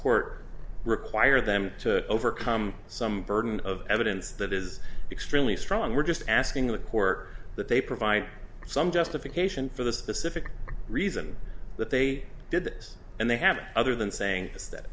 court require them to overcome some burden of evidence that is extremely strong we're just asking the court that they provide some justification for the specific reason that they did this and they have other than saying is that